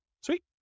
Sweet